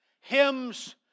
hymns